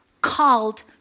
called